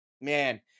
man